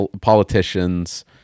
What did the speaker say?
politicians